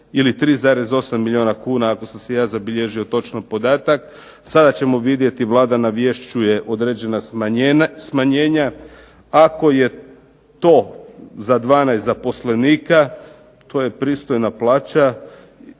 ili 3,8 milijuna kuna ako sam si ja zabilježio točno podatak. Sada ćemo vidjeti, Vlada navješćuje određena smanjenja. Ako je to za 12 zaposlenika, to je pristojna plaća.